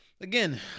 Again